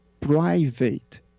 private